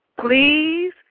Please